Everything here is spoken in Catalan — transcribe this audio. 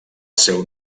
seu